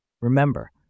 Remember